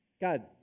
God